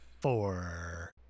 four